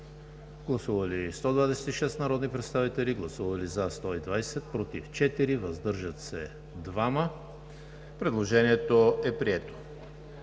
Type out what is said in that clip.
Гласували 80 народни представители: за 76, против 3, въздържал се 1. Предложението е прието.